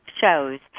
shows